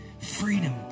Freedom